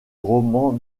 roman